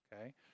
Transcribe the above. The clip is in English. okay